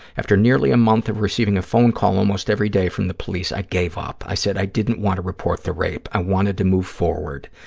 after nearly a month of receiving a phone call almost every day from the police, i gave up. i said i didn't want to report the rape, i wanted to move forward.